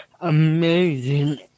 Amazing